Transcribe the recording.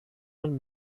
man